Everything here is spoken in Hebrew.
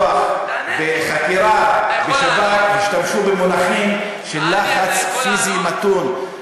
כשרצו לדבר על כוח בחקירה בשב"כ השתמשו במונחים של "לחץ פיזי מתון".